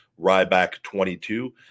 Ryback22